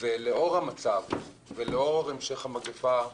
לאור המצב ולאור המשך המגפה,